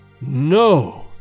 No